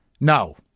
no